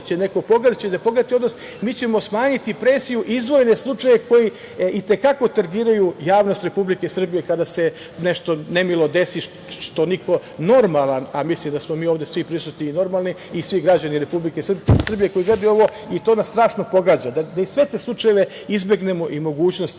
će neko pogledati odnos, mi ćemo smanjiti presiju i izdvojene slučajeve koji i te kako tangiraju javnost Republike Srbije kada se nešto nemilo desi, što niko normalan, a mislim da smo mi ovde svi prisutni normalni, kao i svi građani Republike Srbije koji gledaju ovo, i to nas strašno pogađa, da sve te slučajeve izbegnemo i mogućnosti